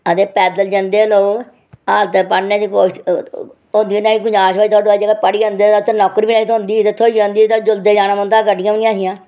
ते पैदल जंदे हे लोग हाल ते पढ़ने दी होंदी निं ही गुंजाइश पर जेह्ड़े पढ़ी जंदे हे ते नौकरी नेईं ही थ्होंदी ते थ्होई अगर तां जुल्लदे जाना पौंदा हा ते गड्डियां बी निं ही होंदियां